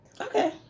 Okay